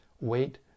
wait